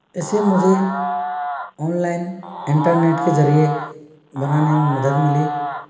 इससे मुझे online internet के ज़रिए बनाने में मदद मिली